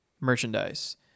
merchandise